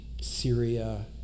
Syria